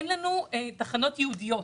אין לנו תחנות ייעודיות